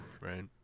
Right